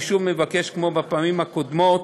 אני שוב מבקש, כמו בפעמים הקודמות: